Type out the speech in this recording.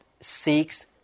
seeks